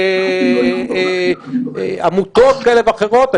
יש עמותות כאלה ואחרות,